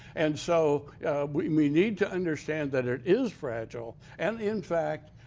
and so we need to understand that it is fragile and in fact,